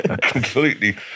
completely